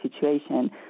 situation